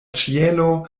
ĉielo